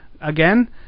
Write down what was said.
again